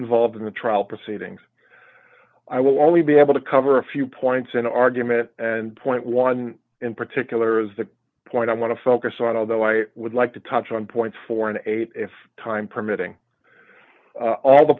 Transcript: involved in the trial proceedings i will only be able to cover a few points in an argument and point one in particular is the point i want to focus on although i would like to touch on point for an eight if time permitting all the